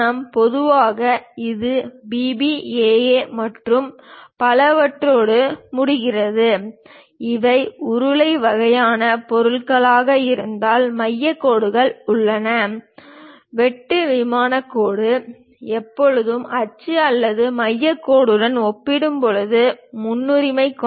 பொதுவாக இது B B A A மற்றும் பலவற்றோடு முடிகிறது இவை உருளை வகையான பொருள்களாக இருந்தால் மையக் கோடுகள் உள்ளன வெட்டு விமானக் கோடு எப்போதும் அச்சு அல்லது மையக் கோடுடன் ஒப்பிடும்போது முன்னுரிமை கொண்டது